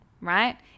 right